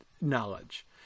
knowledge